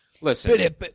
Listen